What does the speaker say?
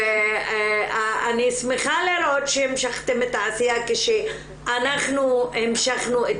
ואני שמחה לראות שהמשכתן את העשייה כאשר אנחנו המשכנו את